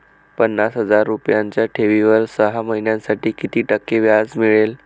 पन्नास हजार रुपयांच्या ठेवीवर सहा महिन्यांसाठी किती टक्के व्याज मिळेल?